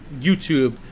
YouTube